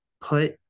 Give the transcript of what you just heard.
put